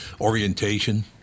Orientation